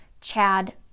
Chad